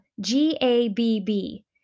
G-A-B-B